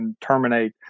terminate